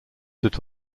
that